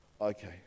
okay